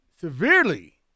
severely